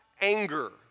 anger